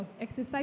exercise